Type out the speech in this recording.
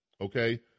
okay